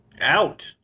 Out